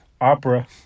opera